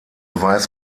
weiß